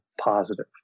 positive